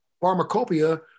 pharmacopoeia